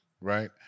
right